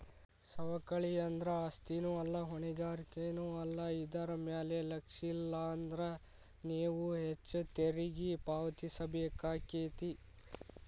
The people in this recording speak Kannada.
ಸವಕಳಿ ಅಂದ್ರ ಆಸ್ತಿನೂ ಅಲ್ಲಾ ಹೊಣೆಗಾರಿಕೆನೂ ಅಲ್ಲಾ ಇದರ್ ಮ್ಯಾಲೆ ಲಕ್ಷಿಲ್ಲಾನ್ದ್ರ ನೇವು ಹೆಚ್ಚು ತೆರಿಗಿ ಪಾವತಿಸಬೇಕಾಕ್ಕೇತಿ